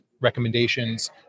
recommendations